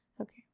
Okay